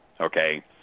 okay